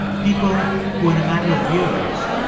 people who, in a matter of years,